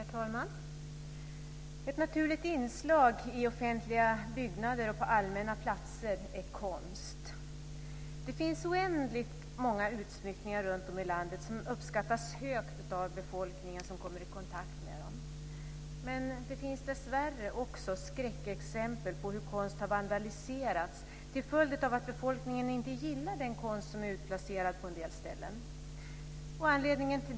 Herr talman! Ett naturligt inslag i offentliga byggnader och på allmänna platser är konst. Det finns oändligt många utsmyckningar runtom i landet som uppskattas högt av den befolkning som kommer i kontakt med dem. Men det finns dessvärre också skräckexempel på hur konst har vandaliserats till följd av att befolkningen inte gillar den konst som är utplacerad på en del ställen.